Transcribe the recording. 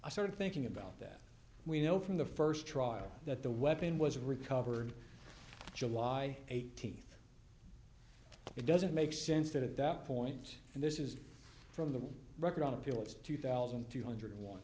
i started thinking about that we know from the st trial that the weapon was recovered july th it doesn't make sense that at that point and this is from the record on appeal it's two thousand two hundred and one